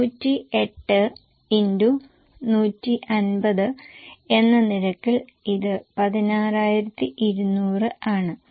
108 X 150 എന്ന നിരക്കിൽ ഇത് 16200 ആണ്